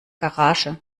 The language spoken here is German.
garage